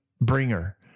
bringer